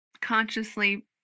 consciously